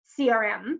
CRM